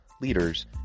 leaders